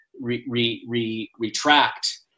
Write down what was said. retract